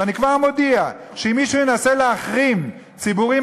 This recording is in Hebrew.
ואני כבר מודיע שאם מישהו ינסה להחרים ציבורים